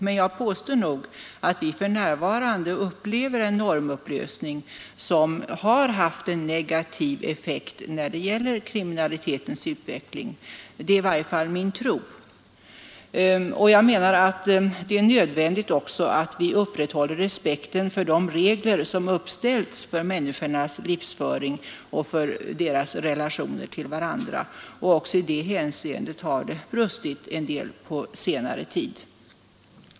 Men jag påstår att vi för närvarande upplever en normupplösning som har haft en negativ effekt när det gäller kriminalitetens utveckling. Det är i varje fall min tro. Jag menar att det är nödvändigt att vi upprätthåller respekten för de regler som har uppställts för människornas livsföring och för deras relationer till varandra. Också i det hänseendet har det brustit en del på senare tid.